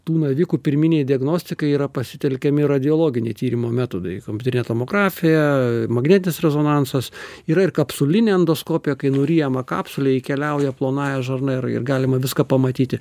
tų navikų pirminei diagnostikai yra pasitelkiami radiologiniai tyrimo metodai kompiuterinė tomografija magnetinis rezonansas yra ir kapsulinė endoskopija kai nuryjama kapsulė keliauja plonąja žarna ir ir galima viską pamatyti